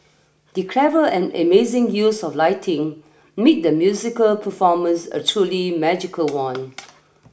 the clever and amazing use of lighting made the musical performance a truly magical one